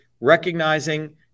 recognizing